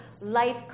life